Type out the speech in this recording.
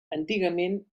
antigament